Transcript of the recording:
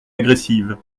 agressive